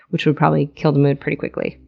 which would probably kill the mood pretty quickly.